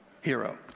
hero